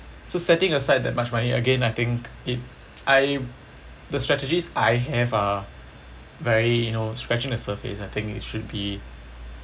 so setting aside that much money again I think it I the strategies I have are very you know scratching the surface I think it should be